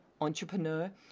entrepreneur